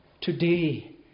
Today